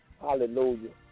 Hallelujah